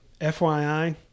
fyi